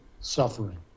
suffering